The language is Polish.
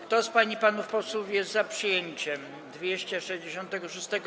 Kto z pań i panów posłów jest za przyjęciem 266.